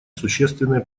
существенные